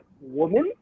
woman